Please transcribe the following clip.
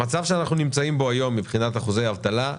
המצב שבו אנחנו נמצאים היום מבחינת אחוזי האבטלה,